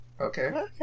Okay